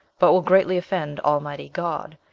but will greatly offend almighty god.